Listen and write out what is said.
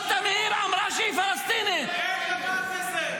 אין דבר כזה.